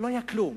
לא היה כלום.